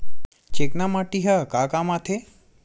चिकना माटी ह का काम आथे?